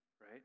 right